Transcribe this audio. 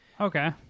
Okay